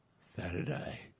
Saturday